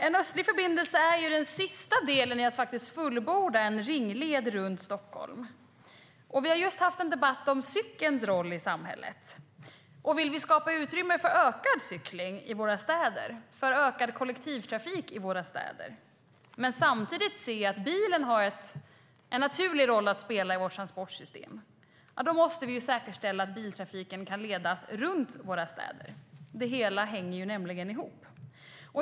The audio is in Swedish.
En östlig förbindelse är den sista delen i att fullborda en ringled runt Stockholm. Vi har just haft en debatt om cykelns roll i samhället. Vill vi skapa utrymme för ökad cykling och ökad kollektivtrafik i våra städer samtidigt som vi ser att bilen har en naturlig roll att spela i vårt transportsystem måste vi säkerställa att biltrafiken kan ledas runt våra städer. Det hela hänger nämligen ihop.